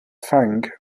fang